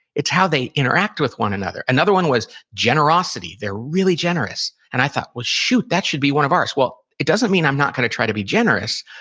it's how they interact with one another. another one was generosity. they're really generous. and i thought, well shoot, that should be one of ours. well, it doesn't mean i'm not going to try to be generous.